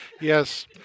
Yes